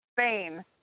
Spain